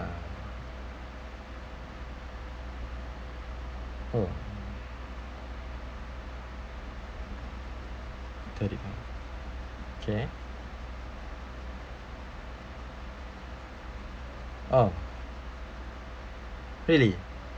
oh thirty okay oh really